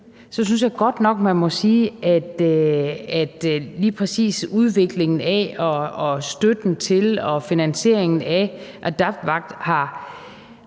synes jeg godt nok, at lige præcis udviklingen af og støtten til og finansieringen af AdaptVac har